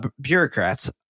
bureaucrats